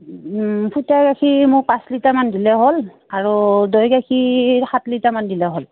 গাখীৰ মোক পাঁচ লিটাৰমান দিলে হ'ল আৰু দৈ গাখীৰ সাত লিটাৰমান দিলে হ'ল